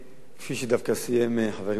כפי שדווקא סיים חבר הכנסת בילסקי,